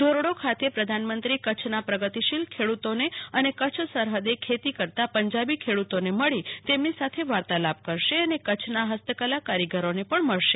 ધોરડો ખાતે પ્રધાનમંત્રી કચ્છના પ્રગતિશીલ ખેડૂતોને અને કચ્છ સરહદે ખેતી કરતા પંજાબી ખેડૂતોને મળી તેમને સાથેવાર્તાલાપ કરશે અને કચ્છના ફસ્તકલા કારીગરોને પણ મળશે